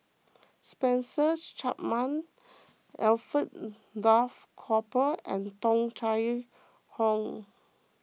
Spencer Chapman Alfred Duff Cooper and Tung Chye Hong